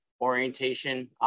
orientation